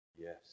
Yes